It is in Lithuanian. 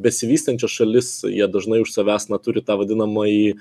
besivystančias šalis jie dažnai už savęs na turi tą vadinamąjį